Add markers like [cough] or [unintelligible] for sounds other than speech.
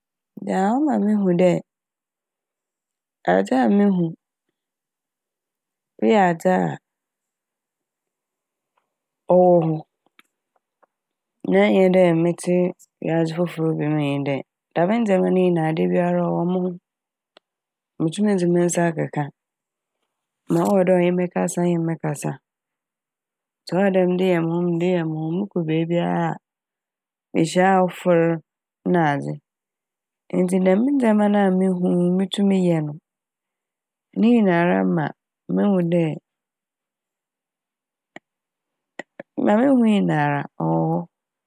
Dza a ɔma mehu dɛ adze a mehu eyɛ adze a ɔwɔ hɔ. Na ɔnnyɛ dɛ metse wiadze fofor bi mu nye dɛ dɛm ndzɛma ne nyinaa dabiara a ɔwɔ mo ho. Motum dze me nsa keka [noise] ma ɔwɔ dɛ ɔnye me kasa nye me kasa ntsi dza ɔwɔ dɛ mede yɛ mo ho mede yɛ mo ho, mokɔ beebiara a mihyia afofor nadze ntsi dɛm ndzɛma na mehu mutum yɛ no ne nyinara ma mehu dɛ [unintelligible] ma mehu nyinara ɔwɔ hɔ.